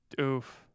oof